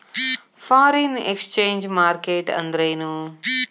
Foreign exchange market ಅಂದ್ರೇನು?